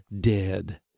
dead